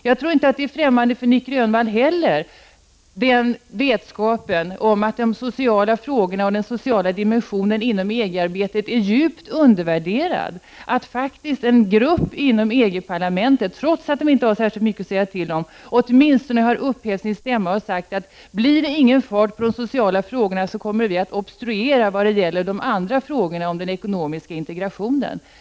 Jag tror att det inte heller för Nic Grönvall är obekant att de sociala frågorna och den sociala dimensionen är djupt undervärderade i EG-arbetet och att faktiskt en grupp inom EG-parlamentet, trots att den inte har särskilt mycket att säga till om, åtminstone har upphävt sin stämma och sagt: Blir det ingen fart på de sociala frågorna kommer vi att obstruera i de andra frågorna, om den ekonomiska integrationen.